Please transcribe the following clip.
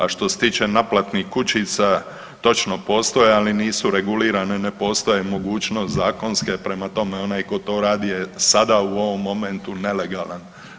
A što se tiče naplatnih kućica, točno postoji ali nisu regulirane ne postoje mogućnost zakonske prema tome onaj ko to radi je sada u ovom momentu nelegalan.